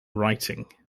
writing